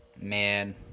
Man